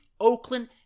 Oakland